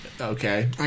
Okay